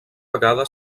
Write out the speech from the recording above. vegada